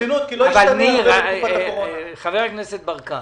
חבר הכנסת ברקת,